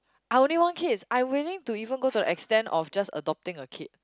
I only want kids I willing to even go to the extent of just adopting a kid